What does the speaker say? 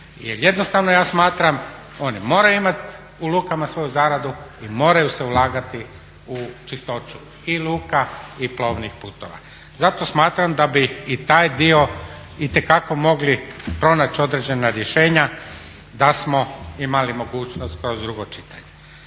jednostavno ja smatram oni moraju imati u lukama svoju zaradu i moraju se ulagati u čistoću i luka i plovnih putova. Zato smatram da bi i taj dio itekako mogli pronaći određena rješenja da smo imali mogućnost kroz drugo čitanje.